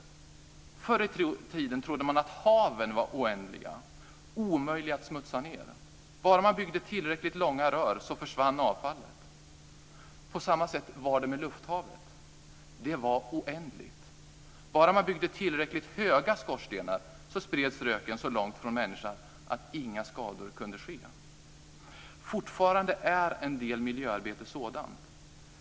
Förr i tiden trodde man att haven var oändliga och omöjliga att smutsa ned. Bara man byggde tillräckligt långa rör försvann avfallet. På samma sätt var det med lufthavet. Det var oändligt. Bara man byggde tillräckligt höga skorstenar spreds röken så långt från människan att inga skador kunde ske. Fortfarande är en del miljöarbete sådant.